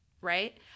right